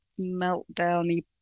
meltdown